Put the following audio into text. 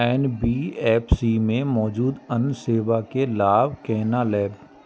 NBFC में मौजूद अन्य सेवा के लाभ केना लैब?